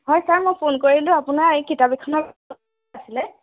হয় ছাৰ মই ফোন কৰিলোঁ আপোনাৰ এই কিতাপ এখন আছিলে